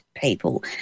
people